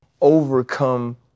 overcome